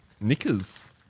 Knickers